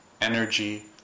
energy